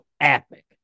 epic